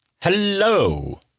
hello